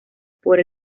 por